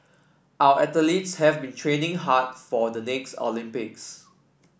our athletes have been training hard for the next Olympics